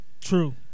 True